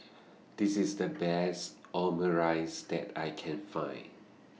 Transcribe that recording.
This IS The Best Omurice that I Can Find